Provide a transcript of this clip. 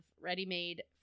ready-made